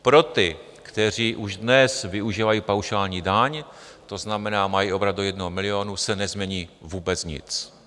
Pro ty, kteří už dnes využívají paušální daň, to znamená, mají obrat do 1 milionu, se nezmění vůbec nic.